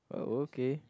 uh okay